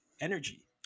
energy